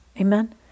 Amen